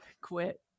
Quit